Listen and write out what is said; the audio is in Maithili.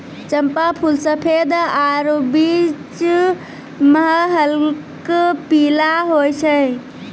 चंपा फूल सफेद आरु बीच मह हल्क पीला होय छै